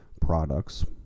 products